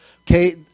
Okay